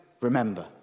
Remember